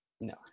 No